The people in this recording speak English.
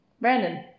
Brandon